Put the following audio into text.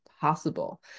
possible